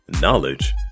knowledge